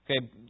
okay